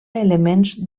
elements